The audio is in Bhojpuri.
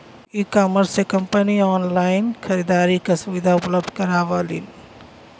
ईकॉमर्स से कंपनी ऑनलाइन खरीदारी क सुविधा उपलब्ध करावलीन